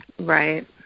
right